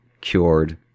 cured